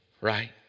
right